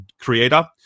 creator